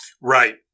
Right